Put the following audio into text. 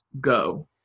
go